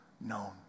known